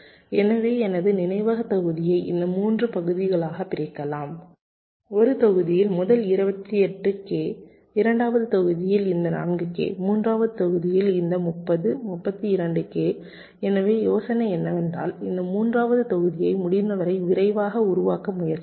எனவே எனது நினைவகத் தொகுதியை இந்த 3 பகுதிகளாகப் பிரிக்கலாம் ஒரு தொகுதியில் முதல் 28 கே இரண்டாவது தொகுதியில் இந்த 4 கே மூன்றாவது தொகுதியில் இந்த 30 32 கே எனவே எனது யோசனை என்னவென்றால் இந்த மூன்றாவது தொகுதியை முடிந்தவரை விரைவாக உருவாக்க முயற்சிப்பேன்